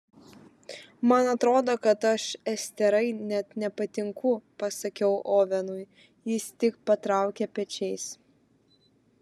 man atrodo kad aš esterai net nepatinku pasakiau ovenui jis tik patraukė pečiais